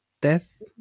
death